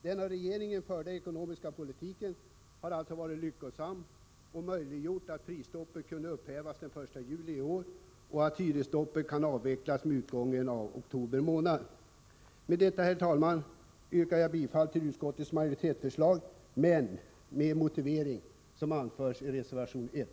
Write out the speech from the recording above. Den av regeringen förda ekonomiska politiken har alltså varit lyckosam och möjliggjort att prisstoppet kunde upphävas den 1 juli i år och att hyresstoppet kan avvecklas vid utgången av oktober månad. Med detta, herr talman, yrkar jag bifall till utskottets majoritetsförslag, men med den motiveringen som anförs i reservation 1.